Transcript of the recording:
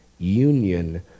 Union